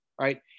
right